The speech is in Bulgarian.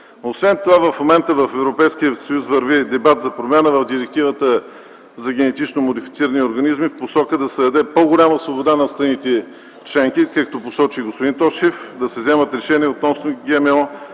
Освен това в момента в Европейския съюз върви дебат за промяна в Директивата за генетично модифицираните организми в посока да се даде по-голяма свобода на страните членки, както посочи и господин Тошев, да вземат решения относно